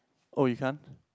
oh you can't